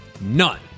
none